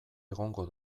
egongo